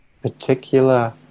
particular